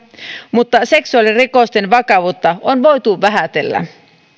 mutta seksuaalirikosten vakavuutta on voitu vähätellä